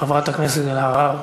חברת הכנסת קארין אלהרר.